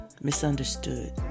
misunderstood